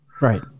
Right